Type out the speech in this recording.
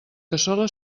cassola